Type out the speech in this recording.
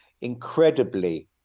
incredibly